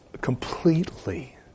completely